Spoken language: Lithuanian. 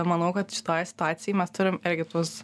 manau kad šitoj situacijoj mes turim irgi tus